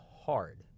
hard